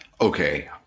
Okay